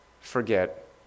forget